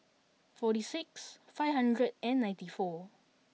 forty six five hundred and ninety four